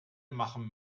machen